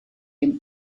dem